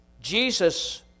Jesus